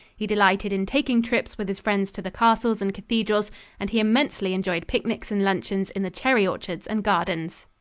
he delighted in taking trips with his friends to the castles and cathedrals and he immensely enjoyed picnics and luncheons in the cherry orchards and gardens.